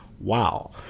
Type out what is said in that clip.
Wow